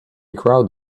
crowd